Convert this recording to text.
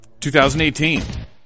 2018